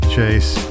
Chase